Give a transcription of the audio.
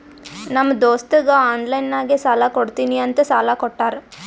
ನಮ್ ದೋಸ್ತಗ ಆನ್ಲೈನ್ ನಾಗೆ ಸಾಲಾ ಕೊಡ್ತೀನಿ ಅಂತ ಸಾಲಾ ಕೋಟ್ಟಾರ್